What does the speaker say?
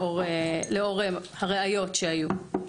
לאור הראיות שהיו.